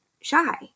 shy